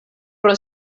pro